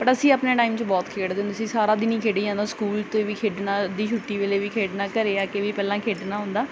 but ਅਸੀਂ ਆਪਣੇ time 'ਚ ਬਹੁਤ ਖੇਡਦੇ ਹੁੰਦੇ ਸੀ ਸਾਰਾ ਦਿਨ ਹੀ ਖੇਡੀ ਜਾਂਦਾ ਸਕੂਲ 'ਤੇ ਵੀ ਖੇਡਣਾ ਅੱਧੀ ਛੁੱਟੀ ਵੇਲੇ ਵੀ ਖੇਡਣਾ ਘਰ ਆ ਕੇ ਵੀ ਪਹਿਲਾਂ ਖੇਡਣਾ ਹੁੰਦਾ